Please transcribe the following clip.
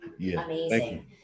amazing